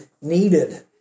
needed